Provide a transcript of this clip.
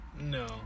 no